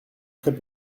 très